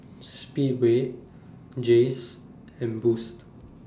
Speedway Jays and Boost